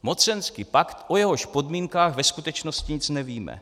Mocenský pakt, o jehož podmínkách ve skutečnosti nic nevíme.